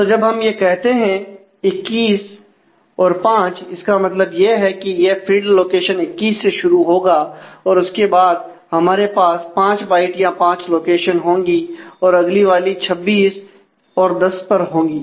तो जब हम यह कहते हैं 21 5 इसका मतलब यह है की यह फील्ड लोकेशन 21 से शुरू होगा और उसके बाद हमारे पास 5 बाइट या पांच लोकेशन होंगी और अगली वाली 26 10 पर होंगी